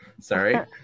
sorry